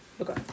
okay